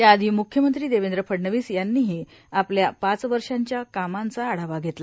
त्याआयी मुख्यमंत्री देवेंद्र फडणवीस यांवीठी आपल्या पाच वर्षांच्या कामांचा आढवा घेतला